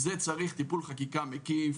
זה מצריך טיפול חקיקה מקיף,